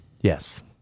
Yes